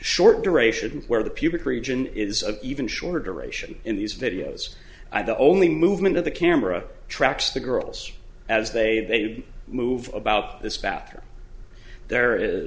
short duration where the pubic region is of even shorter duration in these videos i the only movement of the camera tracks the girls as they move about this path are there i